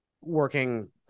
working